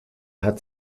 hat